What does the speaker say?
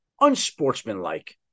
unsportsmanlike